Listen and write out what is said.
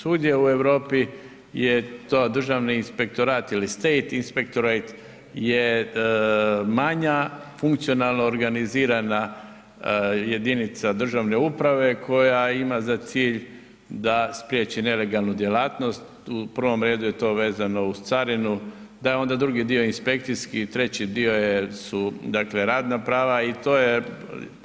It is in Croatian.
Svugdje u Europi je to Državni inspektorat ili State Inspectorate je manja funkcionalno organizirana jedinica državne uprave koja ima za cilj da spriječi nelegalnu djelatnost, u prvom redu je to vezano uz carinu, da je onda drugi dio inspekcijski i treći dio je, su dakle radna prava, i to je,